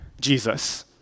Jesus